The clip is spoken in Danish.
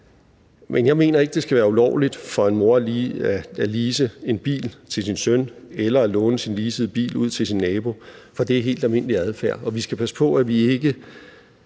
Men jeg mener ikke, det skal være ulovligt for en mor lige at lease en bil til sin søn eller at låne den leasede bil ud til sin nabo, for det er helt almindelig adfærd, og vi skal passe på, at vi ikke